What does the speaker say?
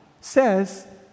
says